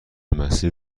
مسیر